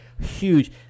huge